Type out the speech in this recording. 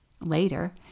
Later